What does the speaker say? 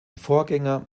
vorgänger